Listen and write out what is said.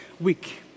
week